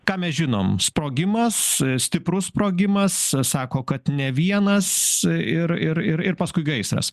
ką mes žinom sprogimas stiprus sprogimas sako kad ne vienas ir ir ir ir paskui gaisras